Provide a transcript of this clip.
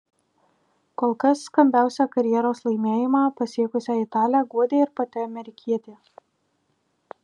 kol kas skambiausią karjeros laimėjimą pasiekusią italę guodė ir pati amerikietė